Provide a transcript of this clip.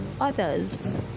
others